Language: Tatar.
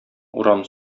урам